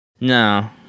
No